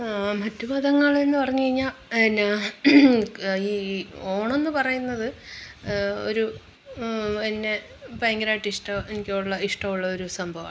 മറ്റു മതങ്ങളെന്നു പറഞ്ഞു കഴിഞ്ഞാൽ പിന്നാ ഈ ഈ ഓണം എന്നു പറയുന്നത് ഒരു പിന്നെ ഭയങ്കരമായിട്ട് ഇഷ്ടം എനിക്ക് ഉള്ള ഇഷ്ടമുള്ള ഒരു സംഭവമാണ്